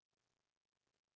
ya